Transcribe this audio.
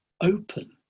open